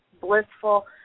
blissful